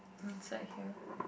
I'm inside here